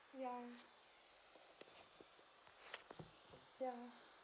ya ya